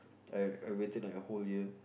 like I waited like a whole year